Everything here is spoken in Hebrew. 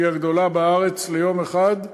שהיא הגדולה בארץ, ליום אחד,